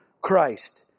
Christ